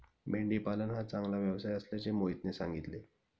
मेंढी पालन हा चांगला व्यवसाय असल्याचे मोहितने सांगितले